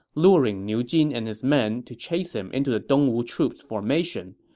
luring niu jin and his men to chase him into the dongwu troops' formation,